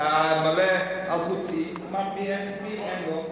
הבית מלא אלחוטי, מי אין לו?